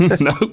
Nope